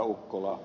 ukkolaa